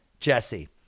Jesse